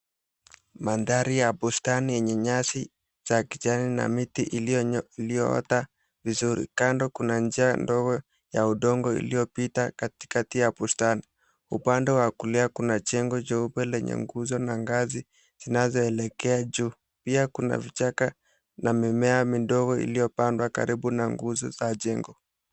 Mandhari ya bustani yenye nyasi za kijani na miti iliyoota vizuri. Kando kuna njia ndogo ya udongo iliyopita katikati ya bustani. Upande wa kulia kuna jengo jeupe lenye nguzo na ngazi zinazoelekea juu. Pia kuna vichaka na mimea midogo iliyopandwa karibu na nguzo za jengo.